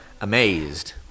amazed